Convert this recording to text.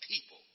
people